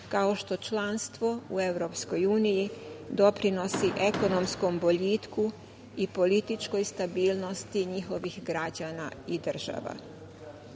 kao što članstvo u EU doprinosi ekonomskom boljitku i političkoj stabilnosti njihovih građana i država. Zbog